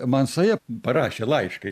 man saja parašė laišką